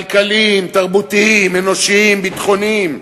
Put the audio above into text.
כלכליים, תרבותיים, אנושיים, ביטחוניים.